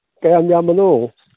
ꯀꯌꯥꯝ ꯌꯥꯝꯕꯅꯣ